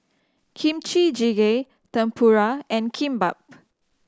Kimchi Jjigae Tempura and Kimbap